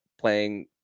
playing